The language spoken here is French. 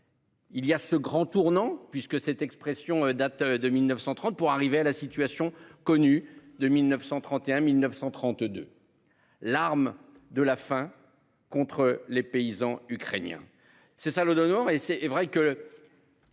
Il y a ce grand tournant puisque cette expression date de 1930 pour arriver à la situation connue de 1931 1932. L'arme de la faim contre les paysans ukrainiens. C'est ça le donnant et c'est est vrai que